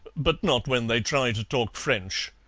but not when they try to talk french.